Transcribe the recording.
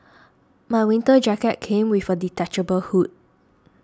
my winter jacket came with a detachable hood